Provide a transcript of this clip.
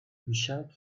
بیشک